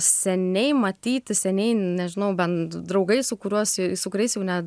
seniai matyti seniai nežinau bent draugai su kuriuos su kuriais jau net